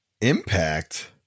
impact